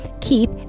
keep